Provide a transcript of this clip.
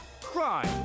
crime